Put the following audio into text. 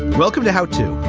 welcome to how to.